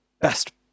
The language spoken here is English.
best